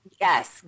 Yes